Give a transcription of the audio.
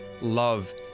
love